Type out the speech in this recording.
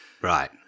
Right